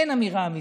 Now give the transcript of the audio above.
אין אמירה אמיתית.